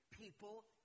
people